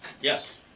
Yes